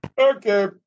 okay